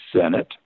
Senate